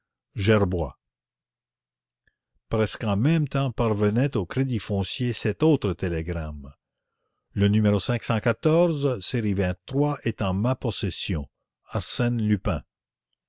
gerbois presque en même temps parvenait au crédit foncier cet autre télégramme le numéro série est en ma possession arsène lupin